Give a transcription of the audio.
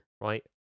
right